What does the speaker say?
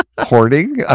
Hoarding